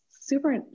super